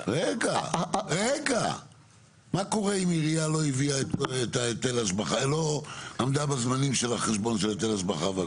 מה קורה אם עירייה לא עמדה בזמנים של החשבון של היטלי השבחה והכל?